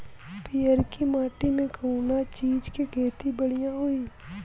पियरकी माटी मे कउना चीज़ के खेती बढ़ियां होई?